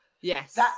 yes